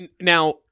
Now